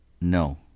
No